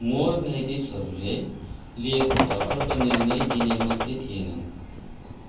more न्यायाधीसहरूले लिएको भर्खरको निर्णय दिने मध्ये थिएनन्